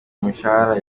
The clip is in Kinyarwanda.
imishahara